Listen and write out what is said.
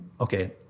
okay